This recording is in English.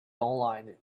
online